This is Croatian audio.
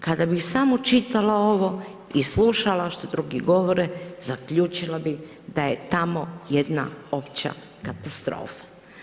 Kada bih samo čitala ovo i slušala što drugi govore zaključila bih da jedna opća katastrofa.